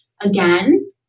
Again